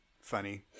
funny